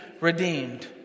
redeemed